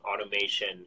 automation